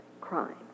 crime